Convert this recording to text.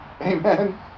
Amen